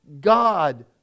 God